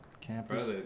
campus